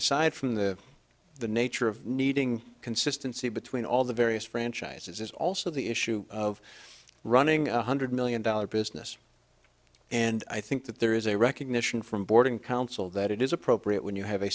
aside from the the nature of needing consistency between all the various franchises is also the issue of running one hundred million dollar business and i think that there is a recognition from boarding council that it is appropriate when you have a